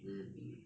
mm